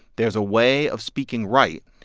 there's a way of speaking right.